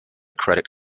credit